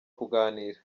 kuganira